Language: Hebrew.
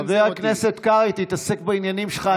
חבר הכנסת קרעי, תתעסק בעניינים שלך.